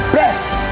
best